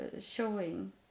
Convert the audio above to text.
showing